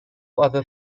other